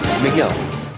Miguel